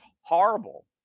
horrible